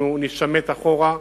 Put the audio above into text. אנחנו נישמט אחורה.